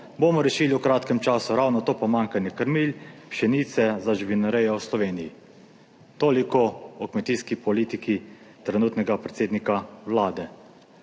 bomo rešili v kratkem času ravno to pomanjkanje krmil, pšenice za živinorejo v Sloveniji.« Toliko o kmetijski politiki trenutnega predsednika Vlade.